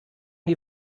die